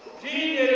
the